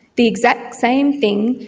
the exact same thing,